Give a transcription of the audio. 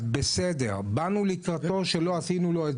אז בסדר, באנו לקראתו שלא נתנו לו את